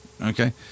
okay